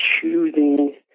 choosing